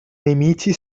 nemici